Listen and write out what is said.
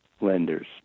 lenders